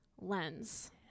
lens